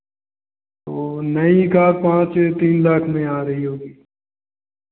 वो नई कार पाँच तीन लाख में आ रही होगी